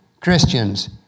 Christians